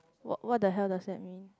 wh~ what the hell does that mean